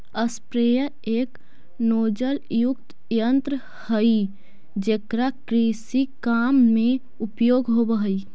sprayer एक नोजलयुक्त यन्त्र हई जेकरा कृषि काम में उपयोग होवऽ हई